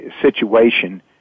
situation